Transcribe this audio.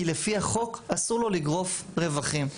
כי לפי החוק אסור לו לגרוף רווחים.